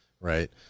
right